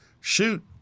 shoot